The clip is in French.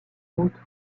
autre